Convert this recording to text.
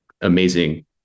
amazing